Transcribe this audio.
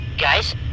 Guys